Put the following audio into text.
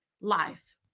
life